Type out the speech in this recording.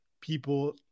people